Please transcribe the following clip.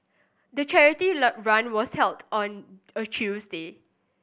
the charity run was held on a Tuesday